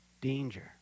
danger